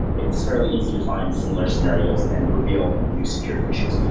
it's fairly easy to find similar scenarios and reveal new security issues.